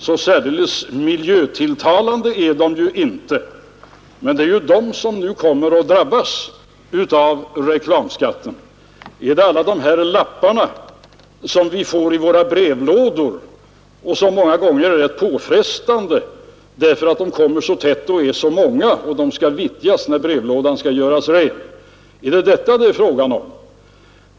Så särdeles miljötilltalande är de ju inte, men det är de som nu kommer att drabbas av reklamskatten. Är det alla de här reklamlapparna som vi får i våra brevlådor och som många gånger är rätt påfrestande, därför att de kommer så tätt och är så många, när brevlådan skall vittjas och göras ren? Är det detta det är fråga om?